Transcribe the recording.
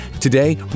Today